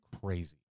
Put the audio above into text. crazy